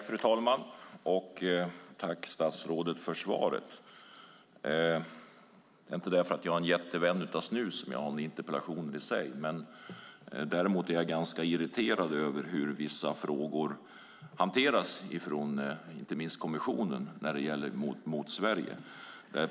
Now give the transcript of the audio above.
Fru talman! Jag tackar statsrådet för svaret. Det är inte för att jag är en stor vän av snus som jag ställt en interpellation om det, utan för att jag är ganska irriterad över hur vissa frågor gällande Sverige hanteras, inte minst av kommissionen.